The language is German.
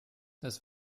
das